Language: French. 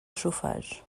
chauffage